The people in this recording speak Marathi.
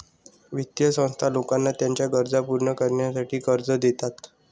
वित्तीय संस्था लोकांना त्यांच्या गरजा पूर्ण करण्यासाठी कर्ज देतात